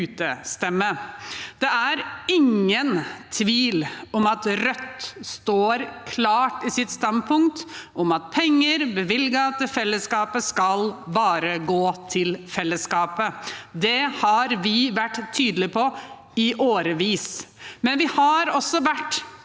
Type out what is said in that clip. Det er ingen tvil om at Rødt står klart i sitt standpunkt om at penger bevilget til fellesskapet, bare skal gå til fellesskapet. Det har vi vært tydelige på i årevis. Vi har også vært